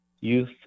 youth